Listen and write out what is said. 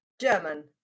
German